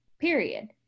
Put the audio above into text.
period